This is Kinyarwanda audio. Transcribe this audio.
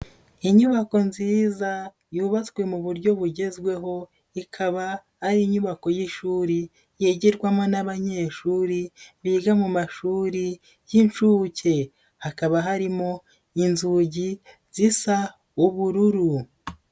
Inyubako nziza yubatswe mu buryo bugezweho, ikaba ari inyubako y'ishuri yigirwamo n'abanyeshuri biga mu mashuri y'inshuke, hakaba harimo inzugi zisa ubururu.